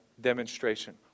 demonstration